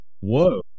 Whoa